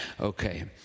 Okay